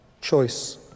choice